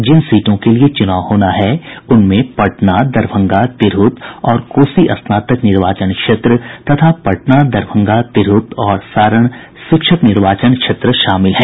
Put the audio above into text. जिन सीटों के लिए चुनाव होना है उनमें पटना दरभंगा तिरहुत और कोसी स्नातक निर्वाचन क्षेत्र तथा पटना दरभंगा तिरहुत और सारण शिक्षक निर्वाचन क्षेत्र शामिल हैं